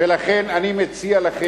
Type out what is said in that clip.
ולכן אני מציע לכם,